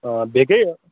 آ بیٚیہِ گٔے